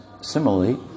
similarly